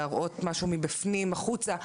להראות משהו מבפנים החוצה,